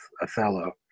Othello